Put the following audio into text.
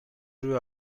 روی